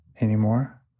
anymore